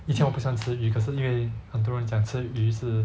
以前我不喜欢吃鱼可是因为很多人讲吃鱼是